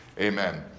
Amen